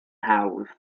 hawdd